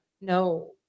no